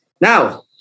Now